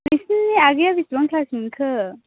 नोंसिनि आगैया बिसिबां क्लास मोनखो